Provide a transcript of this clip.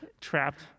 trapped